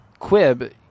Quib